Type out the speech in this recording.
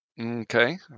okay